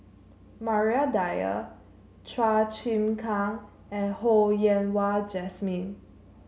Maria Dyer Chua Chim Kang and Ho Yen Wah Jesmine